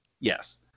Yes